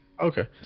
Okay